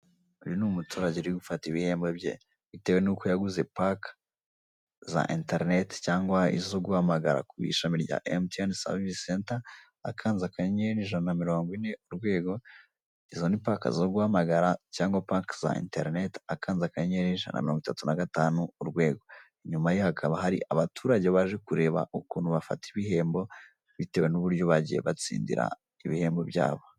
Uyu ni umuturage urimo gufata ibihembo bye bitewe nuko yaguze pake za inerineti cyangwa izo guhamagara kuri iri shami rya MTN savisi senta, akanze akanyenyeri ijana na mirongo ine urwego izo ni pake zo guhamagara, cyangwa pake za interineti akanze akanyenyeri ijana na mirongo itatu na gatanu urwego. Inyuma ye hakaba hari abaturage baje kureba ukuntu bafata ibihembo bitewe n'uburyo bagiye batsindira ibihembo byabo.